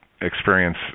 experience